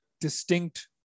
distinct